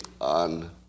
on